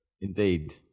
Indeed